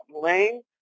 lane